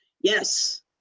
Yes